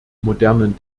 modernen